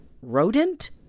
rodent